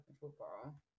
football